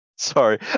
Sorry